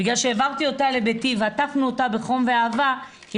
בגלל שהעברתי אותה לביתי ועטפנו אותה בחום ואהבה היא